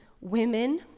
women